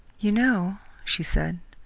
you know, she said,